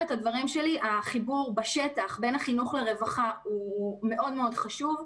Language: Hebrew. החיבור בשטח בין החינוך לרווחה הוא מאוד מאוד חשוב.